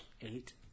Eight